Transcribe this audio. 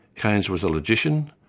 keynes was a logician,